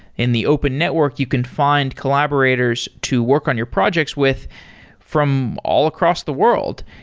in the open network, you can find collaborators to work on your projects with from all across the world.